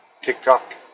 TikTok